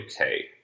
okay